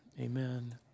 Amen